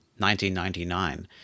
1999 –